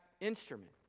instrument